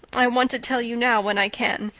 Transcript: i want to tell you now when i can.